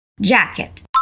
jacket